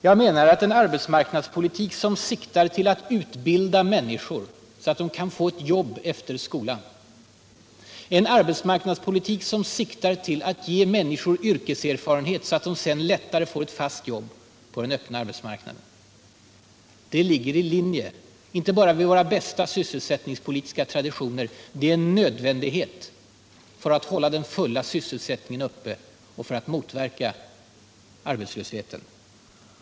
Jag menar att en arbetsmarknadspolitik som siktar på att utbilda människor så att de kan få jobb efter skolan, på att ge människorna yrkeserfarenhet så att de sedan lättare får ett fast jobb på den öppna arbetsmarknaden ligger i linje med våra bästa sysselsättningspolitiska traditioner och är en nödvändighet för att hålla den fulla sysselsättningen uppe och motverka arbetslöshet.